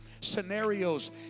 scenarios